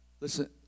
Listen